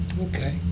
Okay